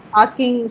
asking